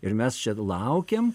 ir mes čia laukiam